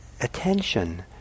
attention